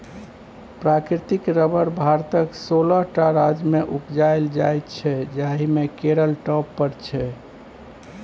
प्राकृतिक रबर भारतक सोलह टा राज्यमे उपजाएल जाइ छै जाहि मे केरल टॉप पर छै